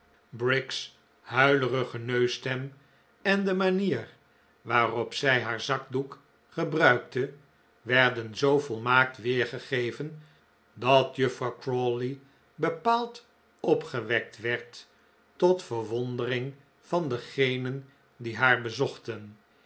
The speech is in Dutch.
briggs huilerige neusstem en de manier waarop zij haar zakdoek gebruikte werden zoo volmaakt weergegeven dat juffrouw crawley bepaald opgewekt werd tot verwondering van degenen die haar bezochten